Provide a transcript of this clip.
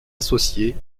associés